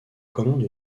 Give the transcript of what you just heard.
commande